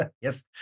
yes